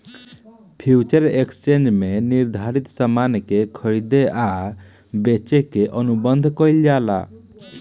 future exchange में निर्धारित सामान के खरीदे आ बेचे के अनुबंध कईल जाला